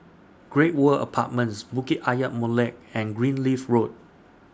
Great World Apartments Bukit Ayer Molek and Greenleaf Road